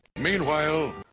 Meanwhile